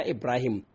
Ibrahim